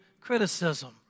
criticism